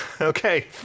Okay